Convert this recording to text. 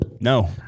No